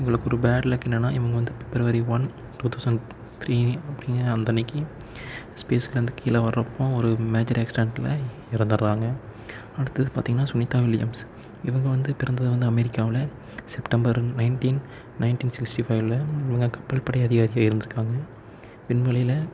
இவங்களுக்கு ஒரு bad luck என்னனா இவங்க வந்து February one two thousand three அப்படிங்குற வந்த அன்னைக்கு ஸ்பேஸ்லந்து கீழே வர்றப்போ ஒரு மேஜர் ஆக்சிடன்ட்ல இறந்துடுறாங்க அடுத்தது பார்த்திங்கனா சுனிதா வில்லியம்ஸ் இவங்க வந்து பிறந்தது வந்து அமெரிக்காவில் செப்டம்பர் நயன்டீன் நயன்டீன் சிக்ஸ்டி ஃபைவ்ல இவங்க கப்பல் படை அதிகாரியாக இருந்திருக்காங்க விண்வெளியில